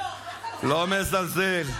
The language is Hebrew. לא מזלזל,